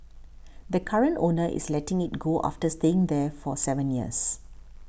the current owner is letting it go after staying there for seven years